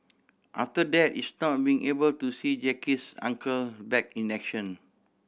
after that is not being able to see Jackie's Uncle back in action